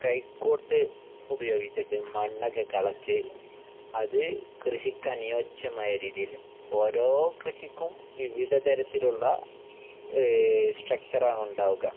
കൈക്കോട്ട് ഉപയോഗിച്ചിട്ട് മണ്ണൊക്കെ കിളച്ചു അത് കൃഷിക്ക് അനുയോജ്യമായ രീതിയിൽ ഓരോ കൃഷിക്കും വിവിധ തരത്തിലുള്ള സ്ട്രക്ച്ചറാണ് ഉണ്ടാവുക